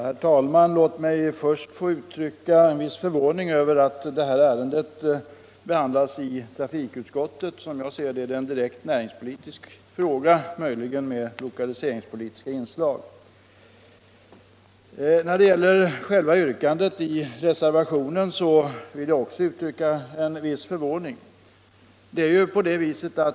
Herr talman! Låt mig först få uurycka en viss förvåning över att detta ärende behandlats i trafikutskottet. Som jag ser det är det en näringspolitisk fråga, möjligen med lokaliseringspolitiska inslag. När det gäller yrkandet i reservationen vill jag också uttrycka en viss förvåning.